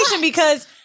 because-